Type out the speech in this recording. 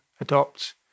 adopt